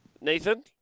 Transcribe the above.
nathan